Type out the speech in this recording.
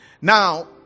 Now